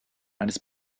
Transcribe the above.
eines